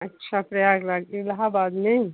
अच्छा प्रयागराज इलहाबाद में